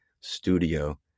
studio